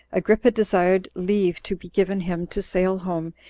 agrippa desired leave to be given him to sail home,